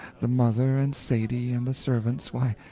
the mother and sadie and the servants why,